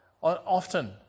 often